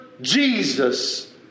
Jesus